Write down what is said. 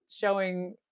showing